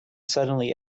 suddenly